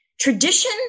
Tradition